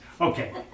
Okay